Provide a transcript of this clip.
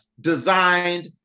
designed